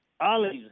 Olives